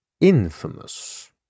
infamous